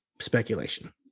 speculation